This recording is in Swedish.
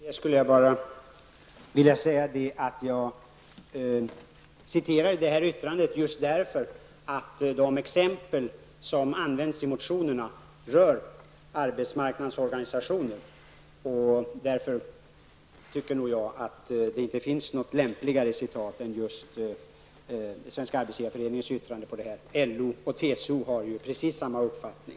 Herr talman! Jag skulle bara vilja säga att jag citerade Arbetsgivareföreningens yttrande just därför att de exempel som används i motionerna rör arbetsmarknadens organisationer. Därför tycker jag att det inte finns något lämpligare citat att anföra än Svenska arbetsgivareföreningens yttrande -- LO och TCO har ju precis samma uppfattning.